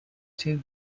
too